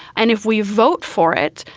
and if we vote for it,